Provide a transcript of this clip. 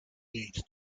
leads